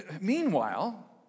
Meanwhile